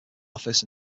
office